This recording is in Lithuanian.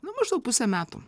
nu maždaug pusę metų